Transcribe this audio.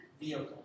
vehicle